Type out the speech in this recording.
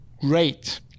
great